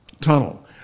tunnel